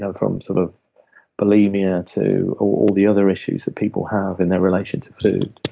um from sort of bulimia to all the other issues that people have in their relation to food.